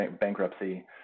bankruptcy